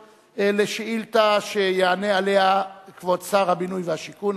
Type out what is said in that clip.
לשאילתא שיענה עליה כבוד שר הבינוי והשיכון.